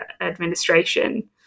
Administration